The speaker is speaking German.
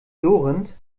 surrend